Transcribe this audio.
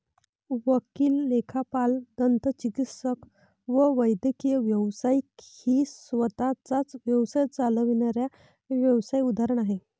वकील, लेखापाल, दंतचिकित्सक व वैद्यकीय व्यावसायिक ही स्वतः चा व्यवसाय चालविणाऱ्या व्यावसाय उदाहरण आहे